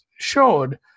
showed